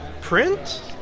print